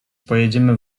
pojedziemy